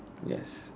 yes